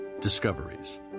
discoveries